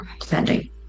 Depending